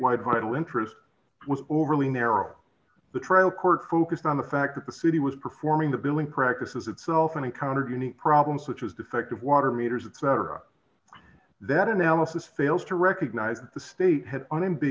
wide vital interest was overly narrow the trial court focused on the fact that the city was performing the billing practices itself and encountered unique problems which was defective water meters cetera that analysis fails to recognize the state has an m b